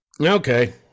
Okay